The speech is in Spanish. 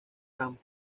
crawford